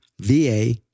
VA